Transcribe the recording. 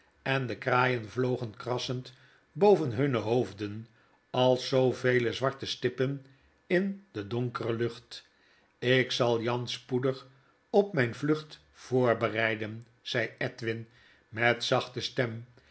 en de kraaien vlogen krassend boven hunne hoofden als zoovele zwarte stippen in de donkere lucht ik zal jan spoedig op mjn vlucht voorbereiden zei edwin met zachte stem